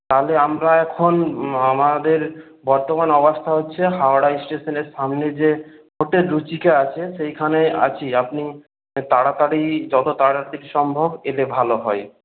তাহলে আমরা এখন আমাদের বর্তমান অবস্থা হচ্ছে হাওড়া স্টেশনের সামনে যে হোটেল রুচিকা আছে সেইখানে আছি আপনি তাড়াতাড়ি যত তাড়াতাড়ি সম্ভব এলে ভালো হয়